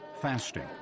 fasting